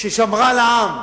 ששמרה על העם.